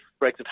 Brexit